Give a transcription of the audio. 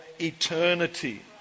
eternity